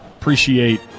appreciate